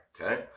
Okay